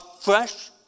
fresh